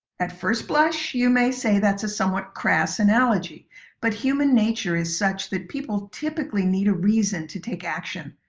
at first blush, you may say that's a somewhat crass analogy but human nature is such that people typically need a reason to take action.